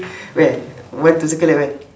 where want to circle at where